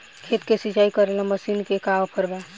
खेत के सिंचाई करेला मशीन के का ऑफर बा?